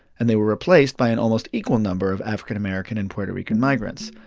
and they were replaced by an almost equal number of african american and puerto rican migrants,